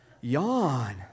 yawn